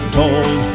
told